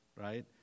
Right